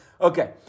Okay